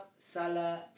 Salah